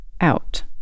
out